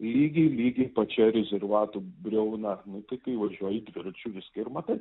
lygiai lygiai pačia rezervatų briauna nu tai kai važiuoji dviračiu viską ir matai